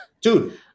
dude